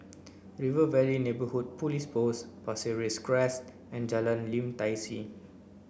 River Valley Neighbourhood Police Post Pasir Ris Crest and Jalan Lim Tai See